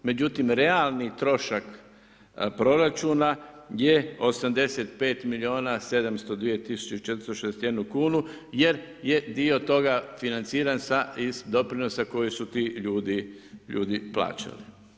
Međutim, realni trošak, proračuna, je 85 milijuna 702461 kunu, jer je dio toga financiran sa doprinosa koji su ti ljudi plaćali.